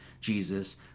Jesus